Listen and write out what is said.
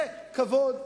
זה כבוד.